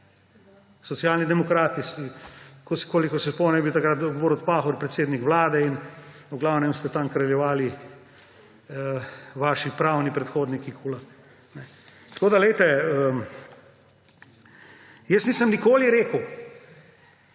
Socialni demokrati. Kolikor se spomnim, je bil takrat Borut Pahor predsednik Vlade in v glavnem so tam kraljevali vaši pravni predhodniki. Poglejte, jaz nisem nikoli rekel,